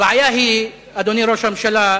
הבעיה היא, אדוני ראש הממשלה,